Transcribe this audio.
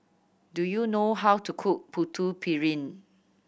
do you know how to cook Putu Piring